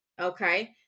okay